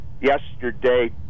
yesterday